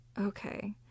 okay